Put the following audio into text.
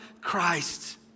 Christ